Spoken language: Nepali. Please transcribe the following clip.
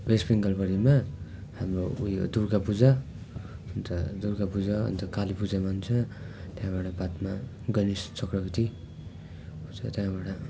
वेस्ट बेङ्गालभरिमा हाम्रो उयो दुर्गा पूजा अन्त दुर्गा पूजा अन्त काली पूजा मान्छ त्यहाँबाट बादमा गणेश चक्रवती आउँछ त्यहाँबाट